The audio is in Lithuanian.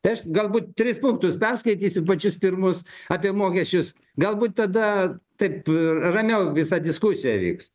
tai aš galbūt tris punktus perskaitysiu pačius pirmus apie mokesčius galbūt tada taip ramiau visa diskusija vyks